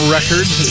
Records